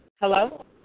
hello